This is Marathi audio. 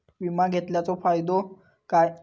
विमा घेतल्याचो फाईदो काय?